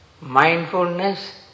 mindfulness